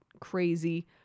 crazy